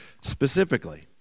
specifically